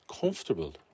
comfortable